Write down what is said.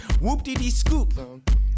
Whoop-dee-dee-scoop